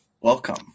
Welcome